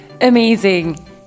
amazing